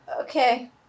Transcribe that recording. Okay